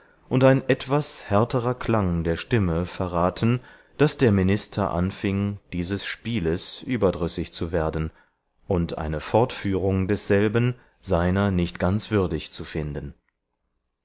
und ein etwas härterer klang der stimme verraten daß der minister anfing dieses spieles überdrüssig zu werden und eine fortführung desselben seiner nicht ganz würdig zu finden